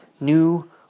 new